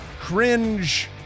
Cringe